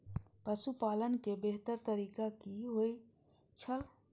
पशुपालन के बेहतर तरीका की होय छल?